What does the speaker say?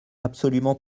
absolument